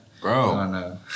Bro